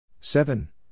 seven